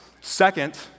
Second